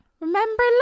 remember